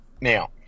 Now